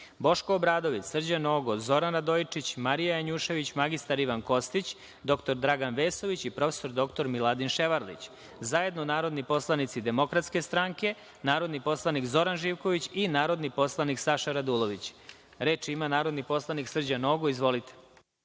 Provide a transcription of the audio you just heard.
Boško Obradović, Srđan Nogo, Zoran Radojičić, Marija Janjušević, mr Ivan Kostić, dr Dragan Vesović i prof. dr Miladin Ševarlić, zajedno narodni poslanici DS, narodni poslanik Zoran Živković i narodni poslanik Saša Radulović. Reč ima narodni poslanik Srđan Nogo.